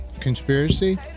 conspiracy